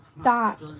stop